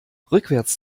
rückwärts